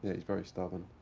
he's very stubborn.